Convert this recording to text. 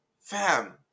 fam